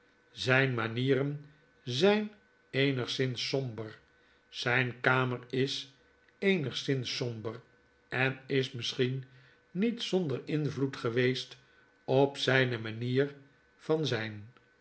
zyn manieren zijn eenigszins somber zyne kamer is eenigszins somber en is misschien niet zonder invloed geweest op zyne manier van zyn